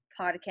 podcast